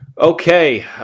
okay